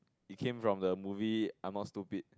it came from the movie I'm not stupid